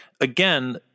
again